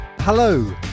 Hello